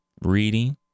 reading